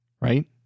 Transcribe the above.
right